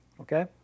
Okay